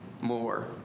more